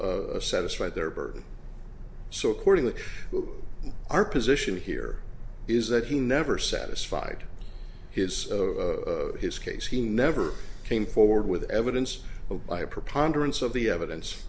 satisfied their burden so according to what our position here is that he never satisfied his his case he never came forward with evidence of by a preponderance of the evidence